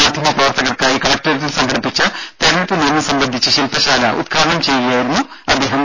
മാധ്യമ പ്രവർത്തകർക്കായി കളക്ടറേറ്റിൽ സംഘടിപ്പിച്ച തിരഞ്ഞെടുപ്പ് നിയമം സംബന്ധിച്ച ശില്പശാല ഉദ്ഘാടനം ചെയ്തു സംസാരിക്കുകയായിരുന്നു അദ്ദേഹം